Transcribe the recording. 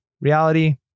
reality